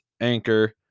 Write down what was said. Anchor